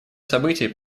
событий